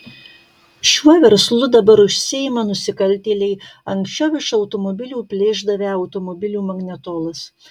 šiuo verslu dabar užsiima nusikaltėliai anksčiau iš automobilių plėšdavę automobilių magnetolas